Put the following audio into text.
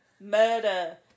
Murder